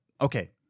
okay